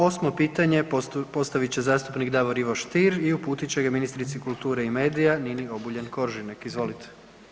Osmo pitanje postavit će zastupnik Davor Ivo Stier i uputiti će ga ministrici kulture i medija, Nini Obuljen Koržinek, izvolite.